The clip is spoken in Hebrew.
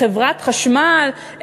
חברת החשמל,